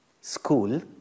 school